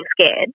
scared